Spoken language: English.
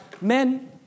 men